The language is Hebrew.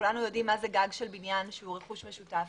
כולנו יודעים מה זה גג של בניין שהוא רכוש משותף.